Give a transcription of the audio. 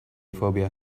phobia